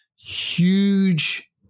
huge